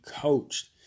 coached